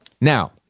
Now